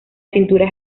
cintura